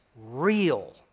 real